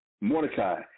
Mordecai